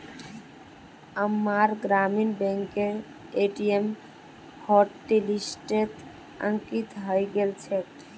अम्मार ग्रामीण बैंकेर ए.टी.एम हॉटलिस्टत अंकित हइ गेल छेक